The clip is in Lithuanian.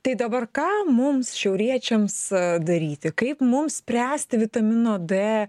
tai dabar ką mums šiauriečiams daryti kaip mums spręsti vitamino d